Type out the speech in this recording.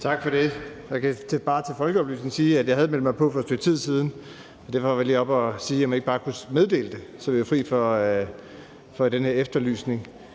Tak for det. Jeg kan bare som folkeoplysning sige, at jeg havde meldt mig på for et stykke tid siden, og derfor var jeg lige oppe at spørge, om jeg ikke bare kunne meddele det, så vi var fri for den her efterlysning.